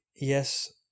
yes